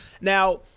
Now